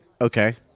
Okay